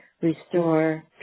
restore